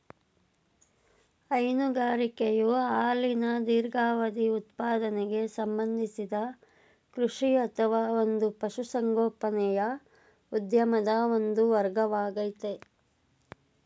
ಹೈನುಗಾರಿಕೆಯು ಹಾಲಿನ ದೀರ್ಘಾವಧಿ ಉತ್ಪಾದನೆಗೆ ಸಂಬಂಧಿಸಿದ ಕೃಷಿ ಅಥವಾ ಒಂದು ಪಶುಸಂಗೋಪನೆಯ ಉದ್ಯಮದ ಒಂದು ವರ್ಗವಾಗಯ್ತೆ